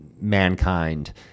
mankind